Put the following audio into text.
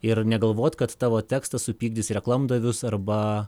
ir negalvot kad tavo tekstas supykdys reklamdavius arba